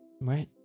Right